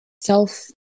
self